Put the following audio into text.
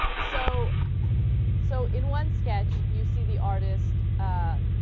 so so in one sketch you see the artist ah.